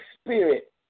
spirit